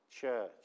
church